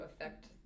affect